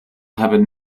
happened